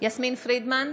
יסמין פרידמן,